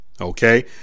Okay